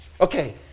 Okay